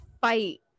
fight